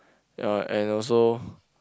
ya and also